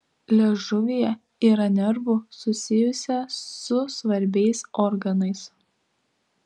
liežuvyje yra nervų susijusią su svarbiais organais